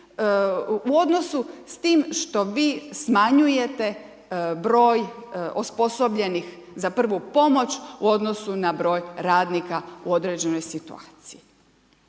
u odnosu s tim što vi smanjujete broj osposobljenih za prvu pomoć u odnosu na broj radnika u određenoj situaciji.